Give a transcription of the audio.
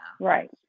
Right